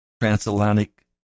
Transatlantic